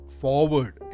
forward